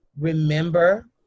remember